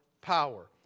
power